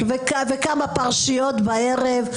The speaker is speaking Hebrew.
וכמה פרשיות בערב.